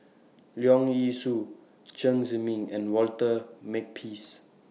Leong Yee Soo Chen Zhiming and Walter Makepeace